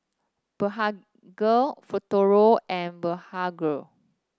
Blephagel Futuro and Blephagel